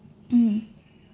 mm